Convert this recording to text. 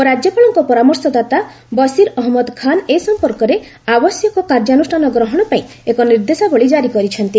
ଉପରାଜ୍ୟପାଳଙ୍କ ପରାମର୍ଶଦାତା ବସିର୍ ଅହମ୍ମଦ ଖାନ୍ ଏ ସମ୍ପର୍କରେ ଆବଶ୍ୟକ କାର୍ଯ୍ୟାନୁଷ୍ଠାନ ଗ୍ରହଣ ପାଇଁ ଏକ ନିର୍ଦ୍ଦେଶାବଳୀ ଜାରି କରିଛନ୍ତି